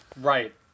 Right